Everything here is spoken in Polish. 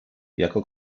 jako